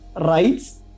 rights